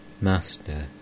Master